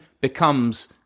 becomes